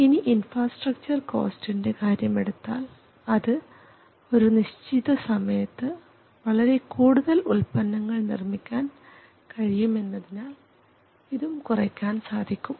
ഇനി ഇൻഫ്രാസ്ട്രക്ച്ചർ കോസ്റ്റിൻറെ കാര്യമെടുത്താൽ അത് ഒരു നിശ്ചിത സമയത്ത് വളരെ കൂടുതൽ ഉൽപ്പന്നങ്ങൾ നിർമ്മിക്കാൻ കഴിയുമെന്നതിനാൽ ഇതും കുറയ്ക്കാൻ സാധിക്കും